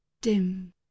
dim